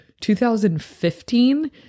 2015